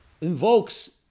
invokes